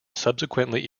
subsequently